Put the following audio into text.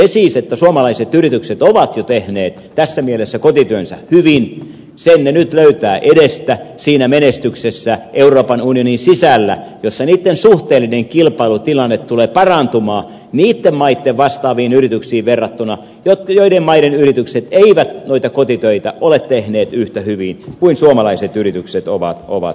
sen siis että suomalaiset yritykset ovat jo tehneet tässä mielessä kotityönsä hyvin ne nyt löytävät edestä siinä menestyksessä euroopan unionin sisällä missä niitten suhteellinen kilpailutilanne tulee parantumaan niitten maitten vastaaviin yrityksiin verrattuna joiden maiden yritykset eivät noita kotitöitä ole tehneet yhtä hyvin kuin suomalaiset yritykset ovat tehneet